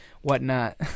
whatnot